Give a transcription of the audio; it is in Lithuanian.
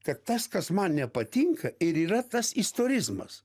kad tas kas man nepatinka ir yra tas istorizmas